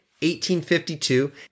1852